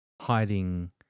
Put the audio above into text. hiding